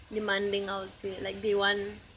demanding I would say like they want